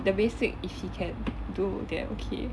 the basic if he can do then okay